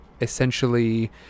essentially